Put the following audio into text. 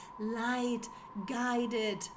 light-guided